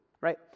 right